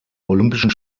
olympischen